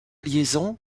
liaison